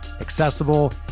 accessible